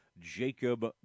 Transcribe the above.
Jacob